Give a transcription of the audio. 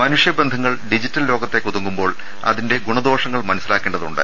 മനുഷൃബന്ധങ്ങൾ digital ലോകത്തേക്ക് ഒതുങ്ങുമ്പോൾ അതിന്റെ ഗുണദോഷങ്ങൾ മനസ്സിലാക്കേണ്ടതുണ്ട്